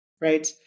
Right